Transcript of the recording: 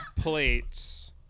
plates